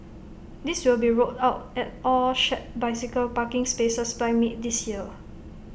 these will be rolled out at all shared bicycle parking spaces by mid this year